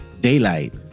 daylight